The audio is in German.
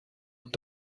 und